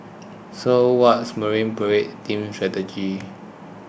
so what's Marine Parade team's strategy